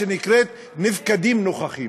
שנקראת נפקדים-נוכחים: